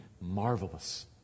marvelous